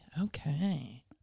okay